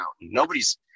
Nobody's